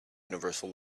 universal